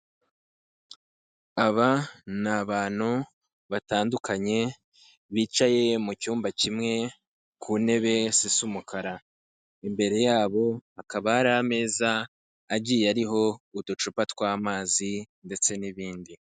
Aba ni abantu batandukanye bicaye mu cyumba kimwe ku ntebe zisa umukara, imbere yabo hakaba hari ameza agiye ariho uducupa tw'amazi ndetse n'ibindi.